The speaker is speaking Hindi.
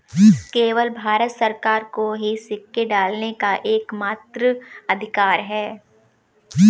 केवल भारत सरकार को ही सिक्के ढालने का एकमात्र अधिकार है